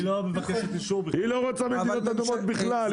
היא לא רוצה מדינות אדומות בכלל.